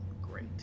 great